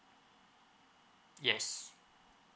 yes